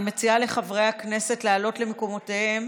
אני מציעה לחברי הכנסת לעלות למקומותיהם